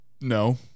No